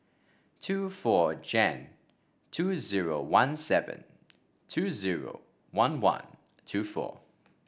two four Jan two zero one seven two zero one one two four